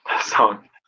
song